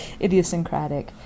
idiosyncratic